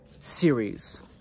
series